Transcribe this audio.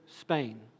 Spain